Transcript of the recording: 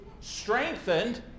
strengthened